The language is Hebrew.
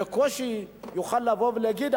בקושי יוכל לבוא ולהגיד,